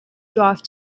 drive